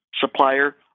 supplier